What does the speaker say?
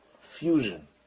fusion